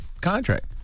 contract